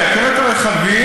לייקר את הרכבים,